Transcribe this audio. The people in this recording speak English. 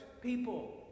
people